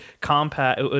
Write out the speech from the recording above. compact